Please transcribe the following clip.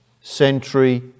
century